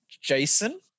Jason